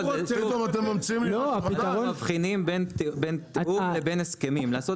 אתם לא מבחינים בין תיאום לבין הסכמים לעשות